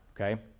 okay